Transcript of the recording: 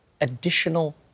additional